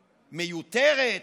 מיותרת,